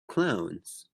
clowns